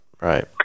Right